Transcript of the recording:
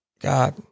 God